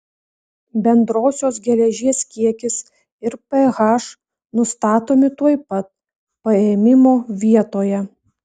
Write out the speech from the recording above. bendrosios geležies kiekis ir ph nustatomi tuoj pat paėmimo vietoje